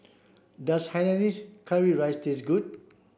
does Hainanese curry rice taste good